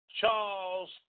Charles